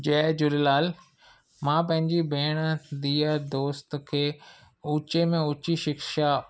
जय झूलेलाल मां पंहिंजी भेण धीअ दोस्त खे ऊचे में ऊची शिक्षा